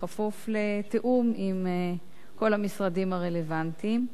בכפוף לתיאום עם כל המשרדים הרלוונטיים,